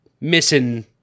missing